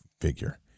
figure